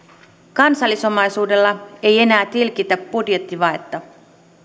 kansallisomaisuudella ei enää tilkitä budjettivajetta